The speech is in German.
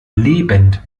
lebend